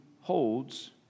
holds